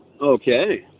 Okay